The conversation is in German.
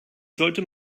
sollte